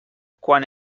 quan